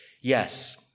yes